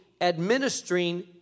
administering